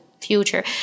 future